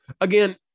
again